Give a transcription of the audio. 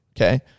Okay